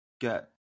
get